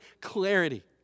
clarity